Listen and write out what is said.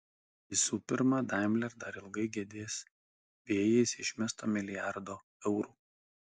visų pirma daimler dar ilgai gedės vėjais išmesto milijardo eurų